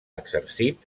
exercit